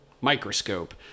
microscope